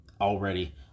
already